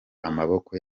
amaboko